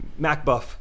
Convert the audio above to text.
Macbuff